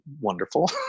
wonderful